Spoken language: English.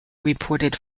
reported